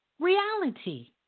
reality